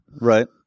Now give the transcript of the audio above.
Right